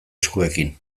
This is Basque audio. eskuekin